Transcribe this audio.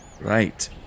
right